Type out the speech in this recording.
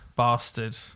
Bastard